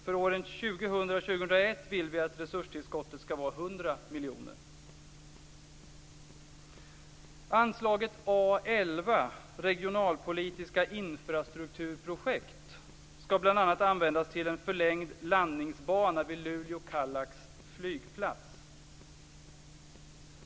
För åren 2000 och 2001 vill vi att resurstillskottet skall vara 100 Anslaget A 11 Regionalpolitiska infrastrukturprojekt skall bl.a. användas till en förlängd landningsbana vid Luleå/Kallax flygplats.